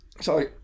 sorry